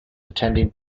attending